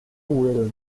well